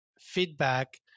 feedback